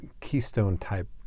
keystone-type